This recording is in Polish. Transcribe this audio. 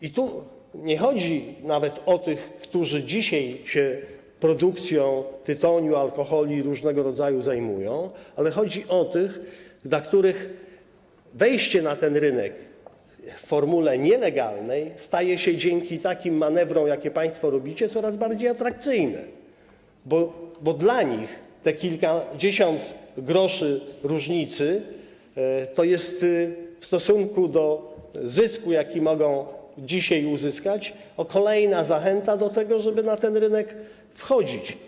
I tu nie chodzi nawet o tych, którzy dzisiaj się zajmują produkcją tytoniu, alkoholi różnego rodzaju, ale chodzi o tych, dla których wejście na ten rynek w formule nielegalnej staje się dzięki takim manewrom, jakie państwo robicie, coraz bardziej atrakcyjne, bo dla nich te kilkadziesiąt groszy różnicy to jest - w stosunku do zysku, jaki mogą dzisiaj osiągnąć - kolejna zachęta do tego, żeby na ten rynek wchodzić.